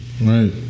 Right